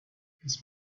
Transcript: his